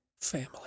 family